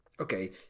okay